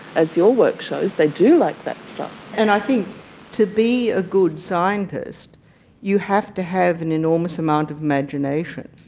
as your work shows, they do like that stuff. and i think to be a good scientist you have to have an enormous amount of imagination.